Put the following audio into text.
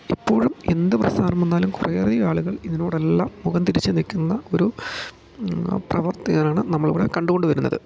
എപ്പോഴും എന്ത് പ്രശ്നം വന്നാലും കുറേയേറെ ആളുകൾ ഇതിനോടെല്ലാം മുഖം തിരിച്ചു നിൽക്കുന്ന ഒരു പ്രവർത്തിയാണ് നമ്മൾ ഇവിടെ കണ്ടു കൊണ്ട് വരുന്നത്